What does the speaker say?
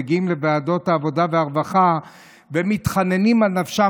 מגיעים לוועדת העבודה והרווחה ומתחננים על נפשם,